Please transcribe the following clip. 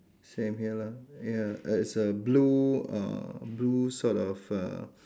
same here lah ya it's a blue uh blue sort of uh